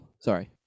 Sorry